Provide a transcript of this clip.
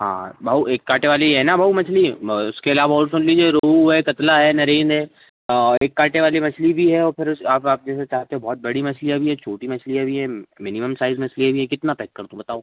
हाँ भाऊ एक कांटे वाली है ना भाऊ मछली इसके अलावा और सब मिल जई रोहू है कतला है नरेन है और एक कांटे वाली मछली भी है औ फिर आप आप जैसा चाहते बहुत बड़ी मछलियाँ भी हैं छोटी मछलियाँ भी हैं मिनिमम साइज मछलियाँ भी हैं कितना पैक कर दूँ बताओ